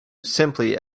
simply